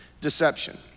deception